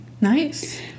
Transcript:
Nice